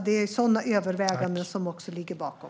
Det är också sådana överväganden som ligger bakom.